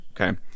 Okay